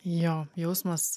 jo jausmas